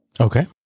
Okay